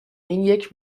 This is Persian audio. اینیک